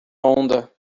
onda